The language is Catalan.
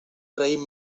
raïm